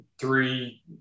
three